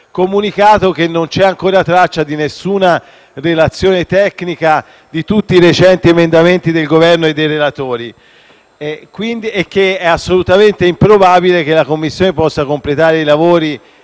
comunicato che non c'è ancora traccia di alcuna relazione tecnica su tutti i recenti emendamenti del Governo e dei relatori, e dunque è assolutamente improbabile che la Commissione possa completare i lavori